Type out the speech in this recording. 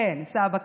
כן, סבא כפור.